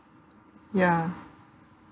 ya